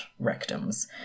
rectums